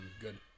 good